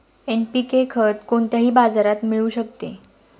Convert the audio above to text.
NPK खत कोणत्याही बाजारात मिळू शकते का?